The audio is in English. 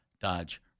Dodge